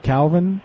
Calvin